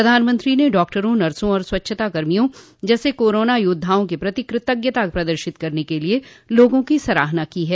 प्रधानमंत्री ने डॉक्टरों नर्सों और स्वच्छता कर्मियों जैसे कोरोना योद्धाओं के प्रति कृतज्ञता प्रदर्शित करने के लिए लोगों की सराहना की है